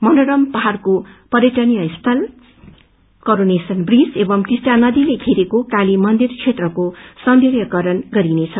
मनोरम पाहाइको प्रग्रटनीय स्थल करोनेशन ब्रीज एवं टिस्टा नदीले बेरेको काली मन्दिर क्षेत्र सौन्दर्यांकरण गरिनेछ